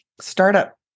startup